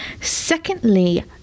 Secondly